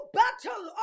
battle